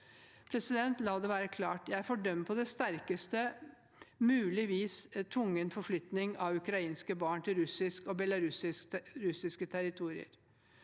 sikkerhet. La det være klart: Jeg fordømmer på sterkest mulig vis tvungen forflytning av ukrainske barn til russiske og belarusiske territorier.